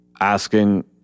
asking